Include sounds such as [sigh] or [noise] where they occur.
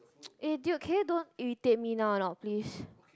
[noise] eh dude can you don't irritate me now or not please